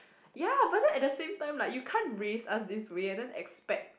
ya but then at the same time you can't raise us this way and then expect